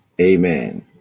amen